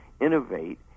innovate